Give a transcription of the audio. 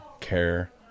care